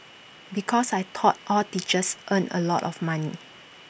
because I thought all teachers earned A lot of money